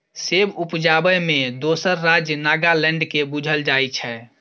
सेब उपजाबै मे दोसर राज्य नागालैंड केँ बुझल जाइ छै